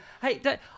Hey